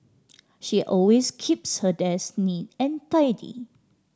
she always keeps her desk neat and tidy